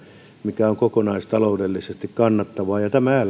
mikä on kokonaistaloudellisesti kannattavaa tämä